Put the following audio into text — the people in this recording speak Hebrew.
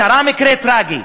קרה מקרה טרגי: